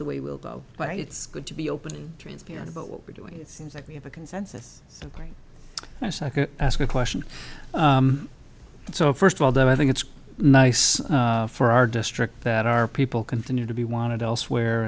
the way we'll go but it's good to be open and transparent about what we're doing it seems like we have a consensus and ask a question so first of all that i think it's nice for our district that our people continue to be wanted elsewhere